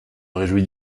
réjouis